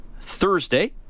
Thursday